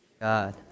God